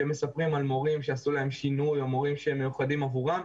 שהם מספרים על מורים שעשו להם שינוי או מורים שהם מיוחדים עבורם,